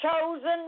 chosen